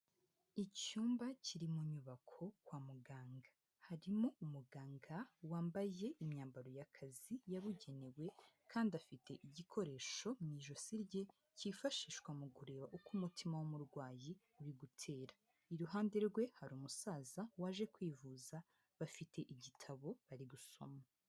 Icyumba kiri mu nyubako kwa muganga, harimo umuganga wambaye imyambaro y'akazi yabugenewe, kandi afite igikoresho mu ijosi rye cyifashishwa mu kureba uko umutima w'umurwayi uri gutera, iruhande rwe hari umusaza waje kwivuza, bafite igitabo bari gusoma.